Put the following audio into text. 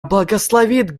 благословит